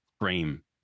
frame